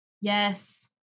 Yes